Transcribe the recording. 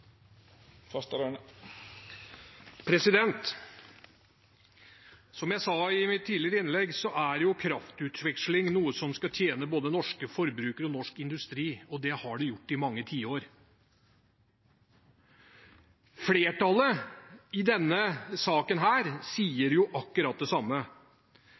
Som jeg sa i mitt tidligere innlegg, er kraftutveksling noe som skal tjene både norske forbrukere og norsk industri, og det har den gjort i mange tiår. Flertallet i denne saken sier akkurat det samme.